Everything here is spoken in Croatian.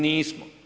Nismo.